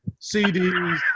CDs